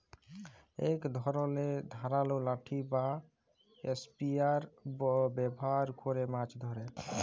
ইক ধরলের ধারালো লাঠি বা ইসপিয়ার ব্যাভার ক্যরে মাছ ধ্যরে